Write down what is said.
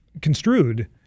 construed